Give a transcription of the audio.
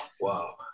wow